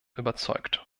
überzeugt